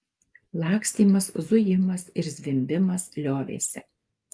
lakstymas zujimas ir zvimbimas liovėsi